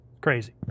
Crazy